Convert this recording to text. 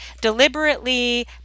deliberately